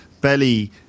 belly